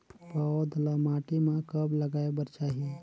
पौधा ल माटी म कब लगाए बर चाही?